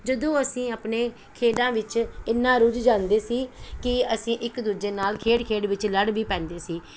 ਜਦੋਂ ਅਸੀਂ ਆਪਣੇ ਖੇਡਾਂ ਵਿੱਚ ਇੰਨਾ ਰੁੱਝ ਜਾਂਦੇ ਸੀ ਕਿ ਅਸੀਂ ਇੱਕ ਦੂਜੇ ਨਾਲ ਖੇਡ ਖੇਡ ਵਿੱਚ ਲੜ ਵੀ ਪੈਂਦੇ ਸੀ